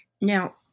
Now